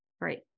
Great